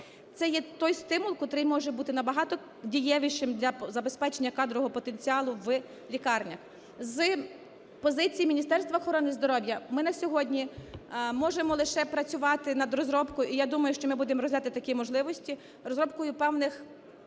Це є той стимул, котрий може бути набагато дієвішим для забезпечення кадрового потенціалу в лікарнях. З позиції Міністерства охорони здоров'я, ми на сьогодні можемо лише працювати над розробкою, і, я думаю, що ми будемо розглядати такі можливості, розробкою певних